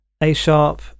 A-sharp